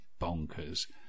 bonkers